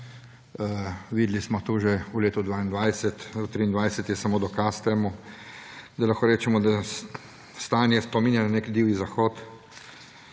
Videli smo to že v letu 2022, 2023, je samo dokaz temu, da lahko rečemo, da stanje spominja na nek Divji zahod